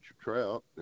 trout